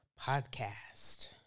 podcast